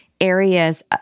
areas